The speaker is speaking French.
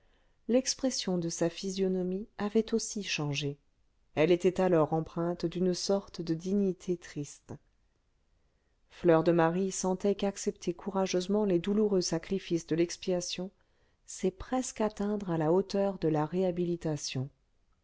l'expression de sa physionomie avait aussi changé elle était alors empreinte d'une sorte de dignité triste fleur de marie sentait qu'accepter courageusement les douloureux sacrifices de l'expiation c'est presque atteindre à la hauteur de la réhabilitation